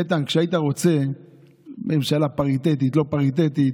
איתן, כשהיית רוצה ממשלה פריטטית, לא פריטטית,